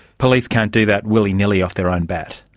police can't do that willy-nilly off their own bat.